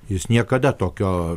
jis niekada tokio